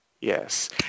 Yes